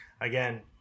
Again